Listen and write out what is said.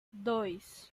dois